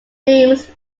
themes